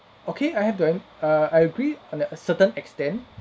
okay I have done err I agree on err a certain extent